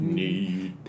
need